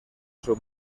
seu